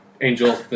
Angel